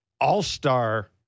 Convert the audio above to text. all-star